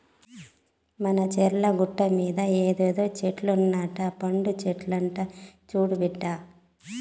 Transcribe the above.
మన చర్ల గట్టుమీద ఇదేదో చెట్టు నట్ట పండు చెట్లంట చూడు బిడ్డా